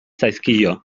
zaizkio